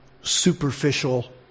superficial